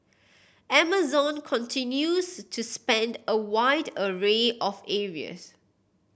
Amazon continues to spend a wide array of areas